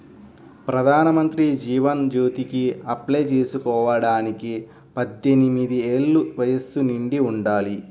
ప్రధానమంత్రి జీవన్ జ్యోతికి అప్లై చేసుకోడానికి పద్దెనిది ఏళ్ళు వయస్సు నిండి ఉండాలి